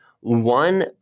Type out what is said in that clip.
One